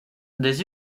des